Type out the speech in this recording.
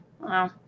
Wow